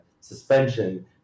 suspension